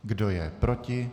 Kdo je proti?